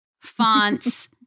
fonts